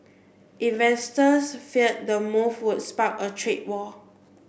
investors feared the move would spark a trade war